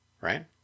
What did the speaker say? Right